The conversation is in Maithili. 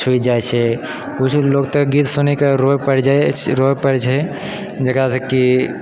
छुबि जाइ छै बुझु लोग तऽ गीत सुनिके रो पड़ि जाइ रो पड़ि जाइ छै जकरा सँ की